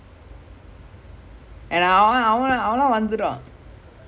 oh shit then they have this err Pro Mass also Pro Mass either நான் நினைக்கிறேன்:naan ninaikkiraen twenty five தானே:dhanae